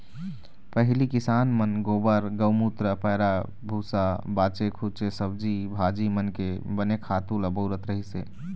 पहिली किसान मन गोबर, गउमूत्र, पैरा भूसा, बाचे खूचे सब्जी भाजी मन के बने खातू ल बउरत रहिस हे